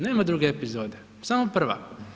Nema druge epizode, samo prva.